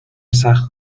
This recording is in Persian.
سخت